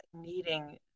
needing